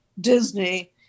Disney